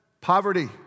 poverty